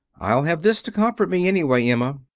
i'll have this to comfort me, anyway, emma.